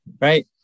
Right